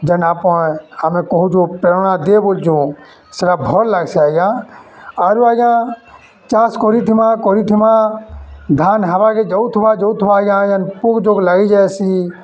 ଯେନ୍ ଆମେ କହୁଚୁ ପ୍ରେରଣା ଦିଏ ବୋଲୁଚୁଁ ସେଟା ଭଲ୍ ଲାଗ୍ସି ଆଜ୍ଞା ଆରୁ ଆଜ୍ଞା ଚାଷ୍ କରିଥିମା କରିଥିମା ଧାନ୍ ହେବାକେ ଯାଉଥିବା ଯାଉଥିବା ଆଜ୍ଞା ଯେନ୍ ପୁକ୍ ଯୋଗ ଲାଗିଯାଏସି